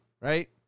right